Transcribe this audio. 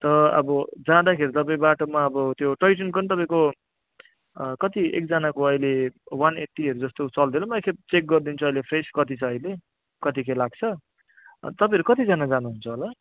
त अब जाँदाखेरि तपाईँ बाटोमा अब त्यो टय ट्रेनको नि तपाईँको कति एकजनाको अहिले वान एट्टीहरू जस्तो चल्दै र म एकखेप चेक गरिदिन्छु अहिले फ्रेस कति छ अहिले कति के लाग्छ तपाईँहरू कतिजना जानुहुन्छ होला